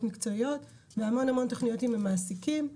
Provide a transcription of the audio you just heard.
מקצועיות והמון המון תוכניות עם המעסיקים.